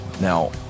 Now